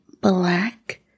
black